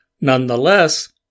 Nonetheless